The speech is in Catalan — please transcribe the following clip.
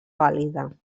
pàl·lida